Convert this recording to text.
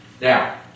Now